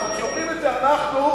אנחנו,